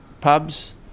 pubs